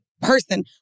person